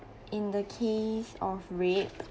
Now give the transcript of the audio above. in the case of rape